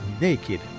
naked